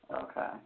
Okay